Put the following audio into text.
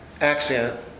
accent